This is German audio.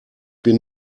bin